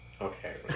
Okay